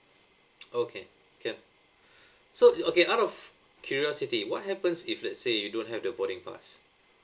okay can so okay out of curiosity what happens if let's say you don't have the boarding pass